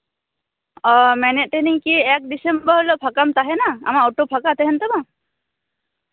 ᱚ ᱢᱮᱱᱮᱫ ᱛᱟᱦᱮᱱᱤᱧ ᱠᱤ ᱮᱠ ᱰᱤᱥᱮᱢᱵᱚᱨ ᱦᱤᱞᱳᱜ ᱯᱷᱟᱠᱟᱢ ᱛᱟᱦᱮᱱᱟ ᱟᱢᱟᱜ ᱚᱴᱳ ᱯᱷᱟᱠᱟ ᱛᱟᱦᱮᱱ ᱛᱟᱢᱟ